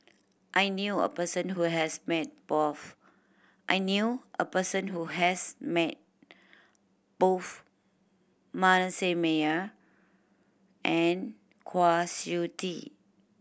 I knew a person who has met both I knew a person who has met both Manasseh Meyer and Kwa Siew Tee